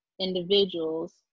individuals